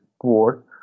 board